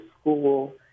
school